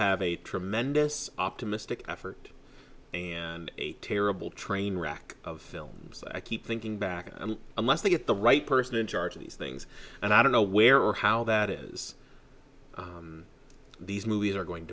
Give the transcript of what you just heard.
have a tremendous optimistic effort and a terrible train wreck of films i keep thinking back and unless they get the right person in charge of these things and i don't know where or how that is these movies are going